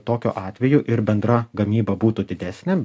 tokiu atveju ir bendra gamyba būtų didesnė